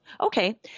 Okay